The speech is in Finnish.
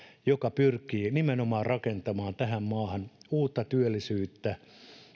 joka pyrkii nimenomaan rakentamaan tähän maahan uutta työllisyyttä